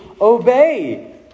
obey